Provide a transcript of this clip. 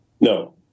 No